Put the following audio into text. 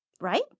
Right